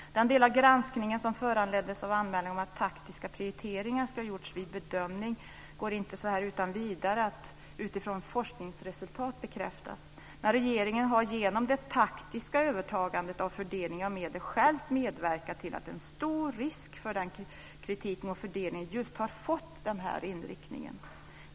En del av granskningen föranleddes av anmälningen om att taktiska prioriteringar skulle ha gjorts vid bedömningarna. Det går inte att så här utan vidare utifrån forskningsresultatet bekräfta det, men regeringen har genom det taktiska övertagandet av fördelningen av medel själv medverkat till att kritiken mot fördelningen just har fått den här inriktningen.